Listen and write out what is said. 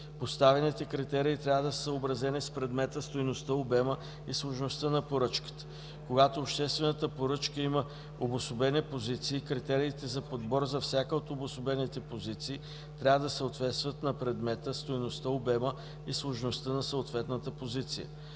Поставените критерии трябва да са съобразени с предмета, стойността, обема и сложността на поръчката. Когато обществената поръчка има обособени позиции, критериите за подбор за всяка от обособените позиции трябва да съответстват на предмета, стойността, обема и сложността на съответната позиция.